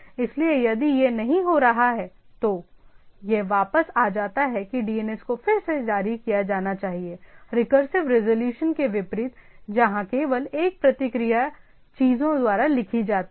इसलिए यदि यह नहीं हो रहा है तो यह वापस आ जाता है कि DNS को फिर से जारी किया जाना चाहिए रिकरसिव रिज़ॉल्यूशन के विपरीत जहां केवल एक प्रतिक्रिया चीजों द्वारा लिखी जाती है